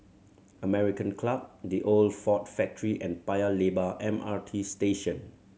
American Club The Old Ford Factory and Paya Lebar M R T Station